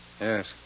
Yes